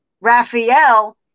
Raphael